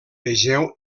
vegeu